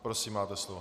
Prosím, máte slovo.